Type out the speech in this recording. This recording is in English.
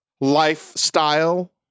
lifestyle